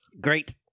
great